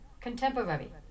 contemporary